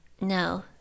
No